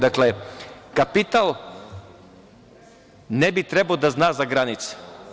Dakle, kapital ne bi trebao da zna za granice.